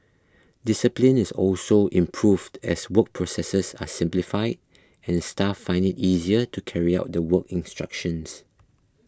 discipline is also improved as work processes are simplified and staff find it easier to carry out the work instructions